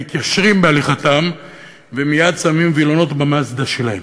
מתיישרים בהליכתם ומייד שמים וילונות ב"מאזדה" שלהם.